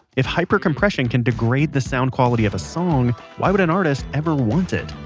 if hyper compression can degrade the sound quality of a song, why would an artist ever want it?